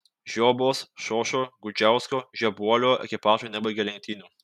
žiobos šošo gudžiausko žebuolio ekipažai nebaigė lenktynių